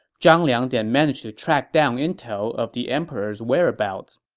zhang liang then managed to track down intel of the emperor's whereabouts.